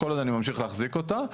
כל עוד אני ממשיך להחזיק אותה,